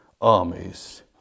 armies